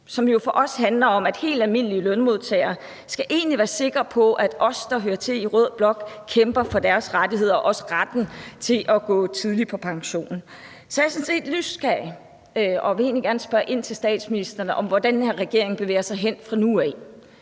for for os handler det jo om, at helt almindelige lønmodtagere egentlig skal være sikre på, at os, der hører til i rød blok, kæmper for deres rettigheder og også for retten til at gå tidligt på pension. Så jeg er sådan set nysgerrig og vil egentlig gerne spørge statsministeren, hvor den her regering bevæger sig hen fra nu af.